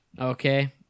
Okay